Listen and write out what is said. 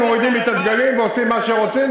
מורידים את הדגלים ועושים מה שרוצים,